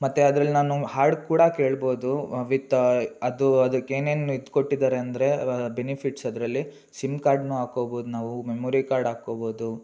ಮತ್ತು ಅದ್ರಲ್ಲಿ ನಾನು ಹಾಡು ಕೂಡ ಕೇಳ್ಬೋದು ವಿತ್ ಅದು ಅದಕ್ಕೆ ಏನೇನು ಇದು ಕೊಟ್ಟಿದ್ದಾರೆ ಅಂದರೆ ಬೆನಿಫಿಟ್ಸ್ ಅದರಲ್ಲಿ ಸಿಮ್ ಕಾರ್ಡ್ನು ಹಾಕ್ಕೋಬೋದ್ ನಾವು ಮೆಮೊರಿ ಕಾರ್ಡ್ ಹಾಕ್ಕೋಬೋದು